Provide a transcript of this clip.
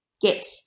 Get